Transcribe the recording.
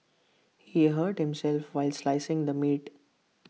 he hurt himself while slicing the meat